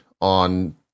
on